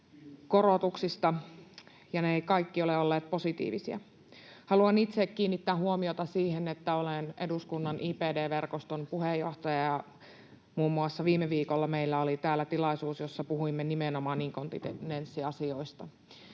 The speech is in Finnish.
Kiitos!] ja ne eivät kaikki ole olleet positiivisia. Haluan itse kiinnittää huomiota siihen, että olen eduskunnan IBD-verkoston puheenjohtaja, ja muun muassa viime viikolla meillä oli täällä tilaisuus, jossa puhuimme nimenomaan inkontinenssiasioista.